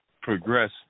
progress